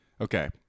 okay